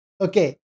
okay